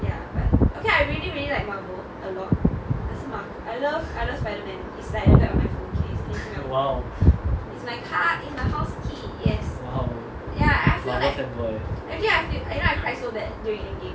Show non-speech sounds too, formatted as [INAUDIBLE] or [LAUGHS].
[LAUGHS] !wow! !wow! marvel fan